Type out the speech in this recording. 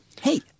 Hey